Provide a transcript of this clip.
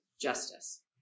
justice